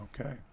Okay